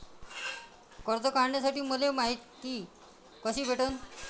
कर्ज काढासाठी मले मायती कशी भेटन?